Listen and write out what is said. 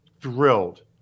thrilled